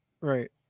Right